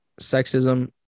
sexism